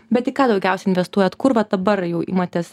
bet į ką daugiausiai investuojat kur vat dabar jau imatės